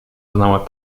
znała